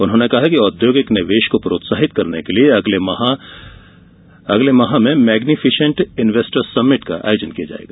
उन्होंने कहा कि औद्योगिक निवेश को प्रोत्साहित करने के लिये अगले माह में मैग्नीफिशेन्ट इन्वेस्टर समिट का आयोजन किया जाएगा